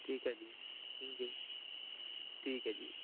ਠੀਕ ਹੈ ਜੀ ਠੀਕ ਹੈ ਠੀਕ ਹੈ ਜੀ